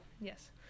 yes